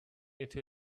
into